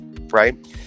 right